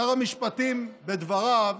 שר המשפטים, בדבריו,